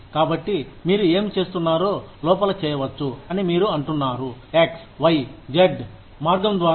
కాబట్టి మీరు ఏమి చేస్తున్నారో లోపల చేయవచ్చు అని మీరు అంటున్నారు ఎక్స్ వై జెడ్ మార్గం ద్వారా